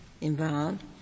involved